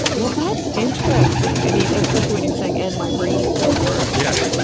well, that's interesting, i mean, especially when you're saying, and my brain still works. yeah